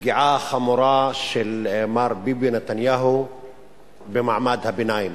לפגיעה החמורה של מר ביבי נתניהו במעמד הביניים,